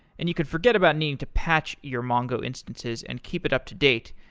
and you could forget about needing to patch your mongo instances and keep it up-to-date,